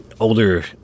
older